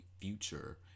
future